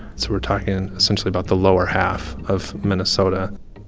so we're talking, essentially, about the lower half of minnesota.